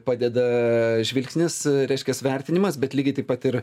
padeda žvilgsnis reiškias vertinimas bet lygiai taip pat ir